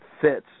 fits